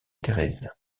thérèse